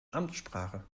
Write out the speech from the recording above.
amtssprache